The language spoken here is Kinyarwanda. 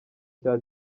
cya